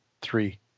three